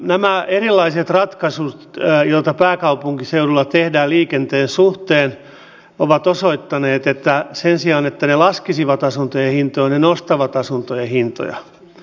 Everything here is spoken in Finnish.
nämä erilaiset ratkaisut joita pääkaupunkiseudulla tehdään liikenteen suhteen ovat osoittaneet että sen sijaan että ne laskisivat asuntojen hintoja ne nostavat asuntojen hintoja